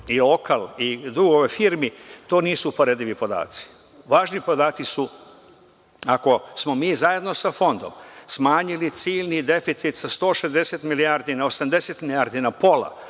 i lokal i dug ove firme, to nisu uporedivi podaci. Važni podaci su ako smo mi zajedno sa fondom smanjili ciljni deficit sa 160 milijardi na 80 milijardi, na pola,